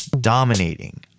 Dominating